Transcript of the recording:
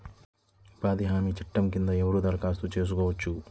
ఉపాధి హామీ చట్టం కింద ఎవరు దరఖాస్తు చేసుకోవచ్చు?